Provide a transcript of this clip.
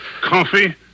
Coffee